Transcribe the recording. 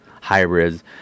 hybrids